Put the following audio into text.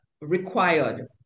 required